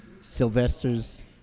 sylvester's